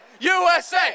USA